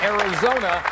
Arizona